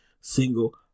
single